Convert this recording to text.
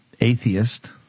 atheist